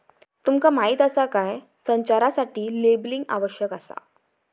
तुमका माहीत आसा काय?, संचारासाठी लेबलिंग आवश्यक आसा